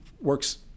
works